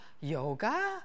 yoga